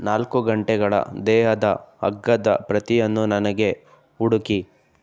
ನಾಲ್ಕು ಗಂಟೆಗಳ ದೇಹದ ಅಗ್ಗದ ಪ್ರತಿಯನ್ನು ನನಗೆ ಉಡುಕಿ